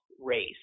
race